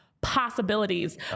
possibilities